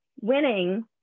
winning